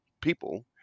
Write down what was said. people